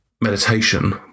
meditation